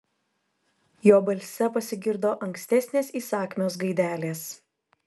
jo balse pasigirdo ankstesnės įsakmios gaidelės